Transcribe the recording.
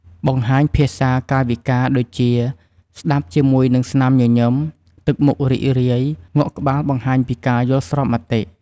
បង្ហាញភាសាកាយវិការដូចជា ស្តាប់ជាមួយនឹងស្នាមញញឹម ទឹកមុខរីករាយ ងក់ក្បាលបង្ហាញពីការយល់ស្របមតិ។